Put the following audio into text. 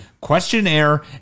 questionnaire